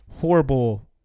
horrible